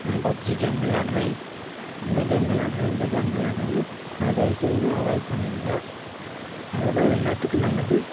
PUBG game விளையாடுறேன் அந்த game விளையாடுறேன் இந்த கேம் விளையாடுறேனு அ தயவு செய்து அவாய்ட் பண்ணிடுங்க அதுதான் எல்லாத்துக்கும் நல்லது